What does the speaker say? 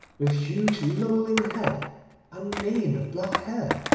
with huge lolling head and mane of black hair.